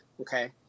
okay